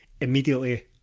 immediately